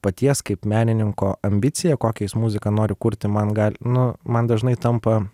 paties kaip menininko ambicija kokią jis muziką nori kurti man gal nu man dažnai tampa